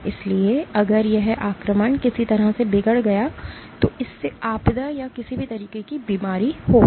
इसलिए अगर यह आक्रमण किसी तरह से बिगड़ गया तो इससे आपदा या किसी भी तरह की बीमारी होगी